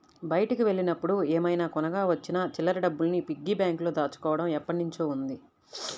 బయటికి వెళ్ళినప్పుడు ఏమైనా కొనగా వచ్చిన చిల్లర డబ్బుల్ని పిగ్గీ బ్యాంకులో దాచుకోడం ఎప్పట్నుంచో ఉంది